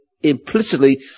implicitly